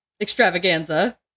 extravaganza